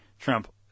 Trump